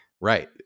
right